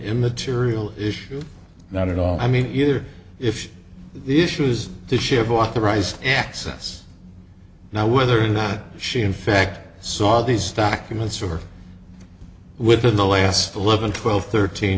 immaterial issue not at all i mean here if the issue is did she have authorized access now whether or not she in fact saw these documents or within the last eleven twelve thirteen